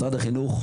משרד החינוך,